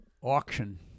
auction